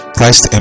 Christ